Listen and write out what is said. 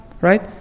Right